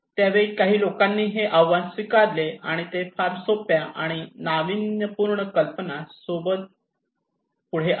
त्यावेळी काही लोकांनी हे आव्हान स्वीकारले आणि ते फार सोप्या आणि नाविन्यपूर्ण कल्पना सोबत पुढे आले